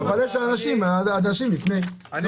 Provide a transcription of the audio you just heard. אבל בראש ובראשונה צריך לעשות לבני אדם לפני החיות.